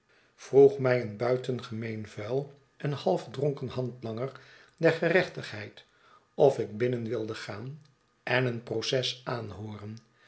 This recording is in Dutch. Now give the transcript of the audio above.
vroeg mij een buitengemeen vuil en halfdronken handlanger der gerechtigheid of ik binnen wilde gaan ea een proces aanhooren